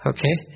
Okay